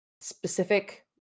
specific